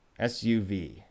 SUV